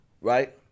right